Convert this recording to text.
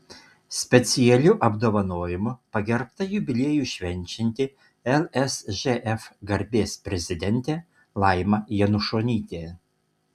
specialiu apdovanojimu pagerbta jubiliejų švenčianti lsžf garbės prezidentė laima janušonytė